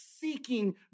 seeking